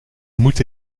moed